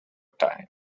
time